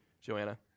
Joanna